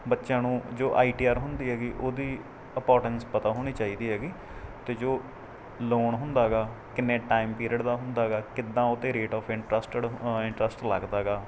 ਬੱਚਿਆਂ ਨੂੰ ਜੋ ਆਈ ਟੀ ਆਰ ਹੁੰਦੀ ਹੈਗੀ ਉਹਦੀ ਅਪੋਟੈਂਸ ਪਤਾ ਹੋਣੀ ਚਾਹੀਦੀ ਹੈਗੀ ਅਤੇ ਜੋ ਲੋਨ ਹੁੰਦਾ ਹੈਗਾ ਕਿੰਨੇ ਟਾਈਮ ਪੀਰੀਅਡ ਦਾ ਹੁੰਦਾ ਹੈਗਾ ਕਿੱਦਾਂ ਉਹ 'ਤੇ ਰੇਟ ਓਫ ਇੰਟਰਸਟਡ ਇੰਰਸਟ ਲੱਗਦਾ ਹੈਗਾ